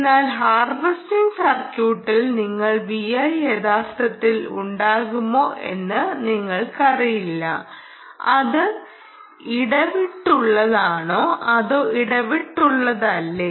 എന്നാൽ ഹാർവെസ്റ്റിംഗ് സർക്യൂട്ടിൽ നിങ്ങളുടെ Vi യഥാർത്ഥത്തിൽ ഉണ്ടാകുമോ എന്ന് നിങ്ങൾക്കറിയില്ല അത് ഇടവിട്ടുള്ളതാണോ അതോ ഇടവിട്ടുള്ളതല്ലേ